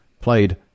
played